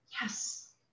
Yes